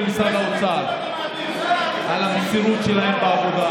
משרד האוצר על המסירות שלהם בעבודה,